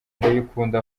ndayikunda